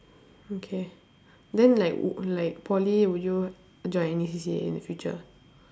okay then like like poly would you join any C_C_A in the future